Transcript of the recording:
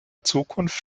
zukunft